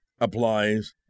applies